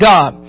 God